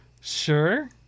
Sure